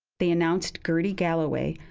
they announced gertie galloway,